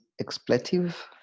expletive